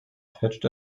fetched